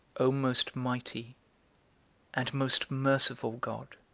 o most mighty and most merciful god,